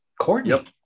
Courtney